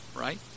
right